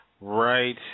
Right